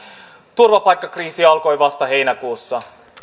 turvapaikkakriisi alkoi vasta heinäkuussa